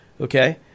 Okay